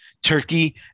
turkey